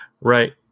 Right